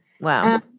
Wow